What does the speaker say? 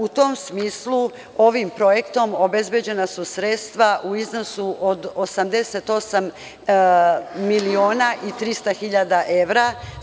U tom smislu, ovim projektom obezbeđena su sredstva u iznosu od 88 miliona i 300 hiljada evra.